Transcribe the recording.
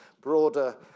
broader